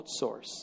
outsource